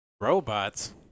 Robots